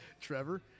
Trevor